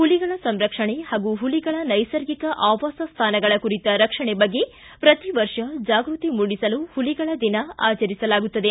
ಹುಲಿಗಳ ಸಂರಕ್ಷಣೆ ಹಾಗೂ ಹುಲಿಗಳ ನೈಸರ್ಗಿಕ ಆವಾಸ ಸ್ವಾನಗಳ ಕುರಿತ ರಕ್ಷಣೆ ಬಗ್ಗೆ ಪ್ರತಿ ವರ್ಷ ಜಾಗೃತಿ ಮೂಡಿಸಲು ಹುಲಿಗಳ ದಿನ ಆಚರಿಸಲಾಗುತ್ತದೆ